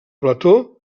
plató